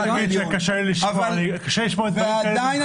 אני מכבד את בית המשפט העליון ועדיין אני